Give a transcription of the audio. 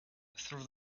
through